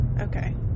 Okay